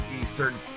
Eastern